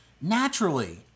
naturally